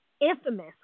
infamous